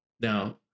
Now